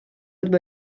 votre